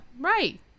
Right